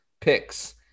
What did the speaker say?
picks